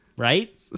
Right